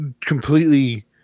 completely